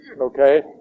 Okay